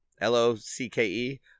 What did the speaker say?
L-O-C-K-E